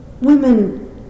Women